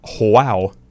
Wow